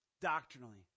doctrinally